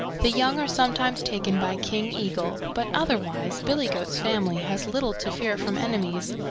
the young are sometimes taken by king eagle, but otherwise billy goat's family has little to fear from enemies,